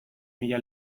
mila